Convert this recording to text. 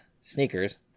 sneakers